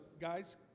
guys